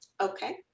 okay